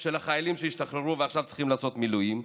של החיילים שהשתחררו ועכשיו צריכים לעשות מילואים.